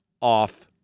off